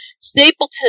stapleton